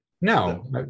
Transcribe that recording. No